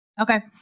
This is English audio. Okay